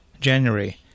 January